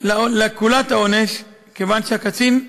לקולת העונש היא שהקצין,